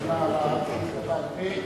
שענה על שאילתא בעל-פה